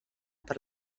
per